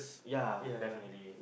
ya definitely